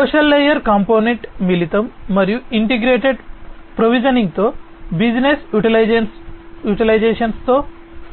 social layer component మిళితం మరియు integrated provisioning తో బిజినెస్ యుటిలైజేషన్స్ తో